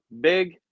big